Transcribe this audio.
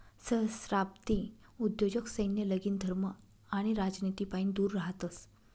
सहस्त्राब्दी उद्योजक सैन्य, लगीन, धर्म आणि राजनितीपाईन दूर रहातस